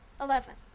Eleven